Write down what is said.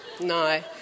No